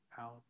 out